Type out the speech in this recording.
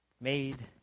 made